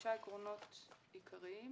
חמישה עקרונות עיקריים.